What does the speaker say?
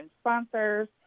sponsors